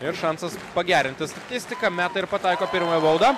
ir šansas pagerinti statistiką meta ir pataiko pirmąją baudą